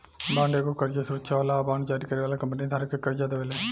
bond एगो कर्जा सुरक्षा होला आ बांड जारी करे वाली कंपनी धारक के कर्जा देवेले